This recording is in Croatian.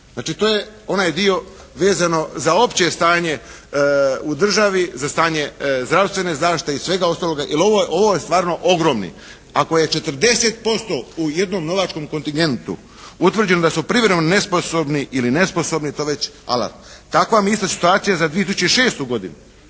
Znači to je onaj dio vezano za opće stanje u državi. Za stanje zdravstvene zaštite i svega ostaloga jer ovo je, ovo je stvarno ogromni. Ako je 40% u jednom novačkom kontingentu utvrđeno da su privremeno nesposobni ili nesposobni to je već alarm. Takva vam je isto situacija za 2006. godinu.